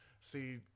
See